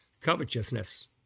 covetousness